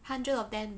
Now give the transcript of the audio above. hundred of them